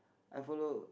I follow